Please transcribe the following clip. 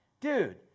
Dude